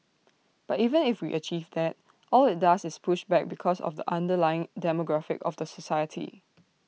but even if we achieve that all IT does is push back because of the underlying demographic of the society